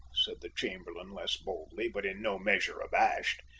said the chamberlain less boldly, but in no measure abashed.